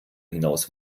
hinaus